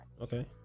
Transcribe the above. okay